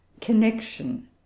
connection